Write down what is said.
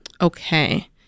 Okay